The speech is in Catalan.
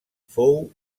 fou